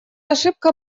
ошибка